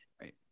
right